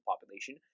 population